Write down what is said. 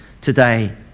today